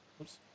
Oops